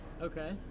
Okay